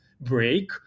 break